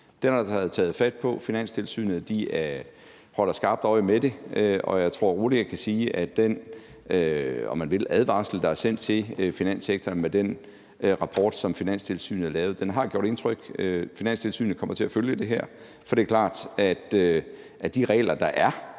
blevet taget fat på. Finanstilsynet holder skarpt øje med det, og jeg tror roligt, jeg kan sige, at den, om man vil, advarsel, der er sendt til finanssektoren med den rapport, som Finanstilsynet har lavet, har gjort indtryk. Finanstilsynet kommer til at følge det her, for det er klart, at de regler, der er,